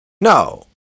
No